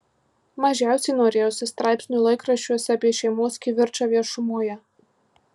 mažiausiai norėjosi straipsnių laikraščiuose apie šeimos kivirčą viešumoje